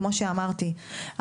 כמו שאמרתי,